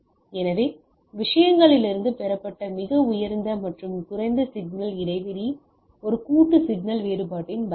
எனவே விஷயங்களிலிருந்து பெறப்பட்ட மிக உயர்ந்த மற்றும் குறைந்த சிக்னல் இடையே ஒரு கூட்டு சிக்னல் வேறுபாட்டின் பேண்ட்வித்